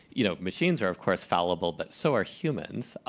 you know, machines are, of course, fallible, but so are humans,